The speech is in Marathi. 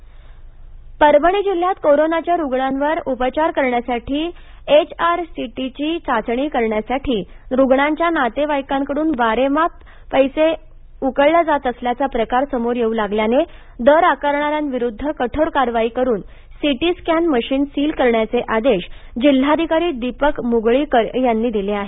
सी टी स्कॅन परभणी जिल्ह्यात कोरोनाच्या रुग्णावर उपचार करण्यासाठी एच आर सी टीची चाचणी करण्यासाठी रुग्णांच्या नातेवाईकांकडून वारेमाप पैसे उकळल्या जात असल्याचे प्रकार समोर येऊ लागल्याने दर आकारणा यांविरूध्द कठोर कारवाई करून सीटी स्कॅन मशीन सील करण्याचे आदेश जिल्हाधिकारी दीपक मुगळीकर यांनी दिले आहेत